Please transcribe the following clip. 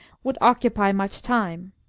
would occupy much time.